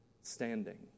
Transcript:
standing